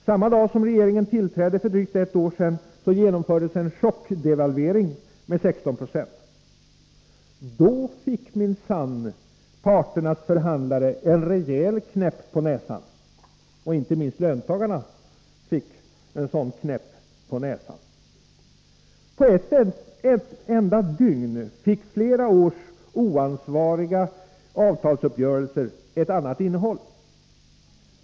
Samma dag som regeringen tillträdde för drygt ett år sedan genomfördes en chockdevalvering med 16 96. Då fick minsann parternas förhandlare en rejäl knäpp på näsan. Icke minst löntagaren fick en knäpp på näsan. På ett enda dygn fick flera års oansvariga avtalsuppgörelser ett annat innehåll.